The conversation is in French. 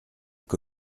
que